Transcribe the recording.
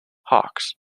hawks